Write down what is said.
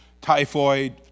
typhoid